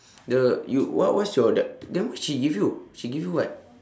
the you what what is your that then what she give you she give you what